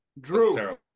Drew